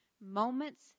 moments